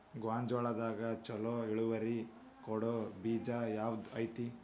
ಗೊಂಜಾಳದಾಗ ಛಲೋ ಇಳುವರಿ ಕೊಡೊ ಬೇಜ ಯಾವ್ದ್ ಐತಿ?